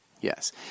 yes